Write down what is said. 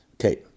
Okay